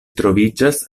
troviĝas